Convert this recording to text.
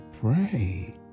pray